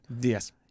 Yes